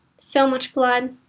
so much blood.